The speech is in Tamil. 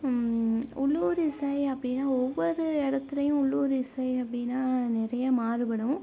உள்ளூர் இசை அப்படின்னா ஒவ்வொரு இடத்துலையும் உள்ளூர் இசை அப்படின்னா நிறைய மாறுபடும்